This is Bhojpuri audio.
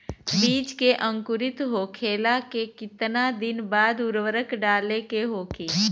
बिज के अंकुरित होखेला के कितना दिन बाद उर्वरक डाले के होखि?